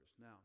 Now